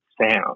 sound